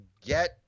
get